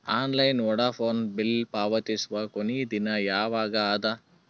Online Vodafone bill ಪಾವತಿಸುವ ಕೊನಿ ದಿನ ಯವಾಗ ಅದ?